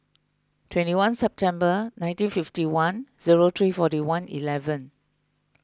twenty one September nineteen fifty one zero three forty one eleven